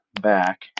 back